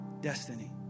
destiny